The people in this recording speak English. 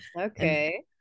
okay